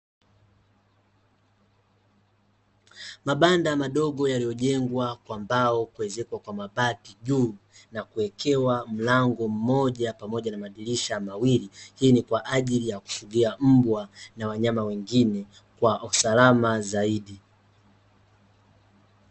Mabanda madogo yaliyojengwa kwa mbao na kuezekwa kwa mabati juu, na kuwekewa mlango Mmoja pamoja na madirisha mawili. Hii ni kwaajili ya kufugia mbwa na wanyama wengine kwa usalama zaidi.